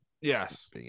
Yes